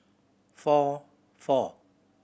four four